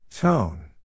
Tone